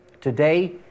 today